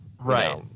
Right